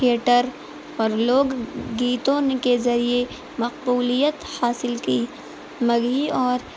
theatre اور لوک گیتوں نے کے ذریعے مقبولیت حاصل کی مگہی اور